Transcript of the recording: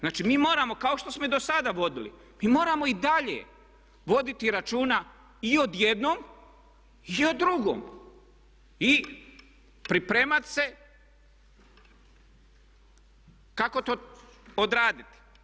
Znači, mi moramo kao što smo i dosada vodili mi moramo i dalje voditi računa i o jednom i o drugom i pripremati se kako to odraditi.